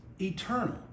eternal